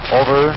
over